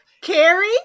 Carrie